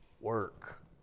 work